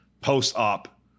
post-op